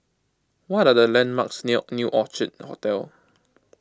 what are the landmarks near New Orchid Hotel